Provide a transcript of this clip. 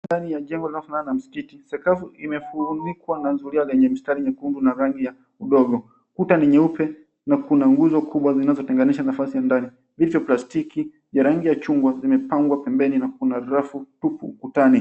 Mandhari ya jengo linalofanana na msikiti. Sakafu imefunikwa na zulia lenye mistari mekundu, na rangi ya udongo. Kuta ni nyeupe, na kuna nguzo kubwa zinazotenganisha upande wa ndani. Viti vya plastiki vya rangi ya chungwa vimepangwa pembeni, na kuna drafu tupu ukutani.